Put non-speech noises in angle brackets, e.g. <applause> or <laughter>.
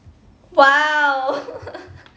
!wow! <laughs>